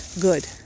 good